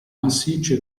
massiccio